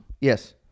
Yes